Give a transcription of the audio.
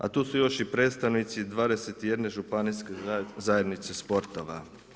A tu su još i predstavnici 21 županijske zajednice sportova.